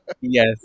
yes